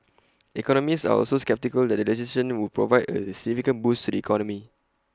economists are also sceptical that the legislation would provide A significant boost to the economy